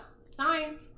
sign